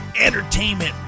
entertainment